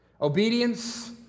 Obedience